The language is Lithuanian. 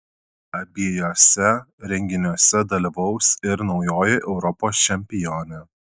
abiejuose renginiuose dalyvaus ir naujoji europos čempionė